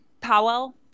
Powell